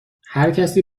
هرکسی